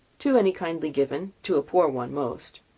to any kindly given. to a poor one most.